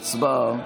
הצבעה.